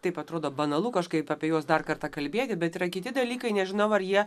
taip atrodo banalu kažkaip apie juos dar kartą kalbėti bet yra kiti dalykai nežinau ar jie